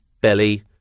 belly